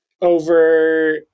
over